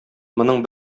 моның